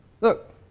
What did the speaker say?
Look